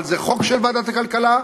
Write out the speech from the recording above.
אבל זה חוק של ועדת הכלכלה,